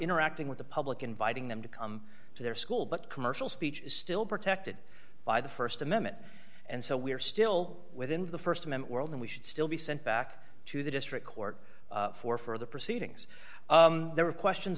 interacting with the public inviting them to come to their school but commercial speech is still protected by the st amendment and so we are still within the st member world and we should still be sent back to the district court for further proceedings there are questions